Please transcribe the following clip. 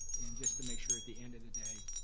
and just to make sure at the end of the day,